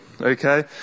okay